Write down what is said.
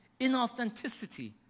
inauthenticity